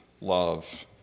love